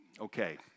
Okay